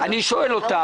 אני שואל אותך,